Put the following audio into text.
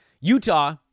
Utah